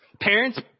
Parents